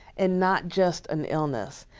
and not just an illness.